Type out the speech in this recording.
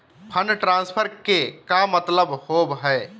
Fund transfer के का मतलब होव हई?